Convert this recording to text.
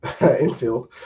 infield